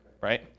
right